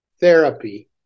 therapy